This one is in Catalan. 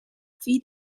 fill